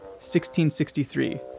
1663